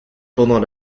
pendant